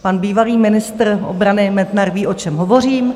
Pan bývalý ministr obrany Metnar ví, o čem hovořím.